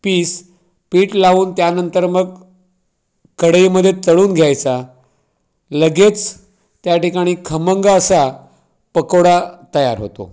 piece पीठ लावून त्यांनतर मग कढईमध्ये तळून घ्यायचा लगेच त्या ठिकाणी खमंग असा पकोडा तयार होतो